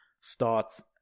starts